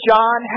John